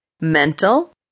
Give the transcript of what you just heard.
mental